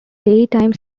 daytime